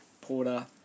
Porter